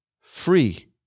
free